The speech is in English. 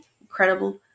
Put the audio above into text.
incredible